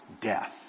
death